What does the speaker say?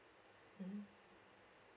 mm